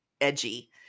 edgy